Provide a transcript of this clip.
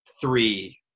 three